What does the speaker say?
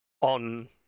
on